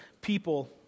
people